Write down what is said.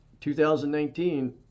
2019